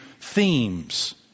themes